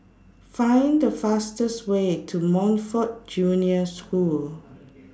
Find The fastest Way to Montfort Junior School